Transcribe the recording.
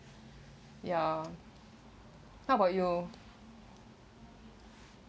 ya what about you